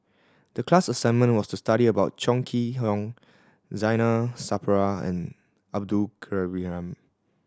the class assignment was to study about Chong Kee Hiong Zainal Sapari and Abdul Kadir Ibrahim